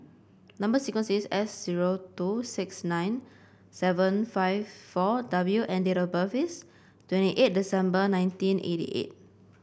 number sequence is S zero two six nine seven five four W and date of birth is twenty eight December nineteen eighty eight